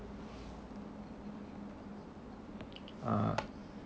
uh